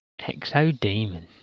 Exodemon